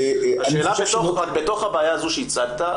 השאלה בתוך הבעיה הזו שהצגת,